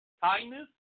Kindness